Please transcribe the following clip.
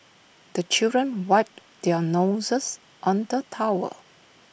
the children wipe their noses on the towel